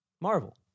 Marvel